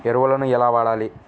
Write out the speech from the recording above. ఎరువులను ఎలా వాడాలి?